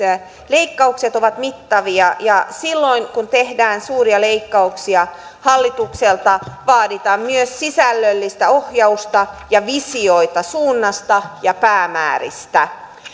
leikkaukset ovat mittavia ja silloin kun tehdään suuria leikkauksia hallitukselta vaaditaan myös sisällöllistä ohjausta ja visioita suunnasta ja päämääristä